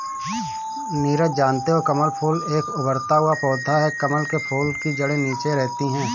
नीरज जानते हो कमल फूल एक उभरता हुआ पौधा है कमल के फूल की जड़े नीचे रहती है